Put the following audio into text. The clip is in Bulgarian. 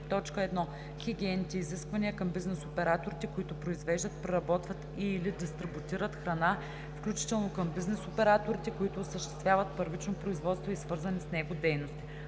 определят: 1. хигиенните изисквания към бизнес операторите, които произвеждат, преработват и/или дистрибутират храна, включително към бизнес операторите, които осъществяват първично производство и свързани с него дейности;